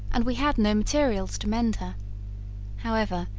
and we had no materials to mend her however,